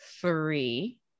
three